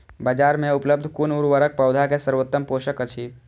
बाजार में उपलब्ध कुन उर्वरक पौधा के सर्वोत्तम पोषक अछि?